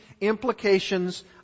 implications